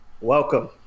Welcome